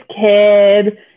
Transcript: kid